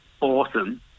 awesome